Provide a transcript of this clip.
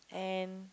and